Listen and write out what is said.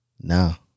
Now